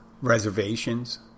reservations